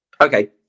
Okay